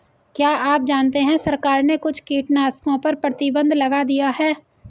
क्या आप जानते है सरकार ने कुछ कीटनाशकों पर प्रतिबंध लगा दिया है?